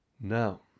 Now